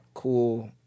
cool